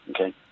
okay